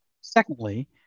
Secondly